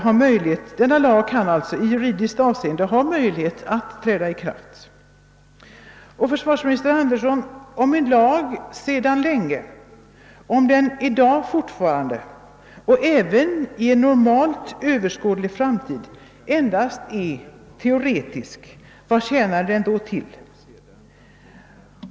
Om en lag sedan länge har varit, i dag fortfarande är och under överskådlig framtid kommer att vara >»teoretisk«, vad tjänar den då till?